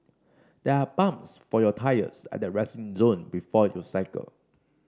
there are pumps for your tyres at the resting zone before you cycle